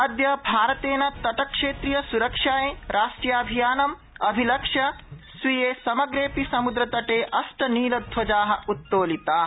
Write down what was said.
अद्य भारतेन तटक्षेत्रीयस्रक्षायै राष्ट्रियाभियानम् अभिलक्ष्य स्वीये समग्रेऽपि सम्द्रतटे अष्ट नीलध्वजा उत्तोलिता